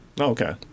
Okay